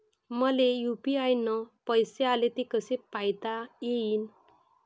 मले यू.पी.आय न पैसे आले, ते कसे पायता येईन?